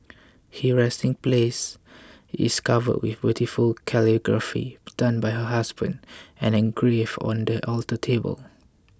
her resting place is covered with beautiful calligraphy done by her husband and engraved on the alter table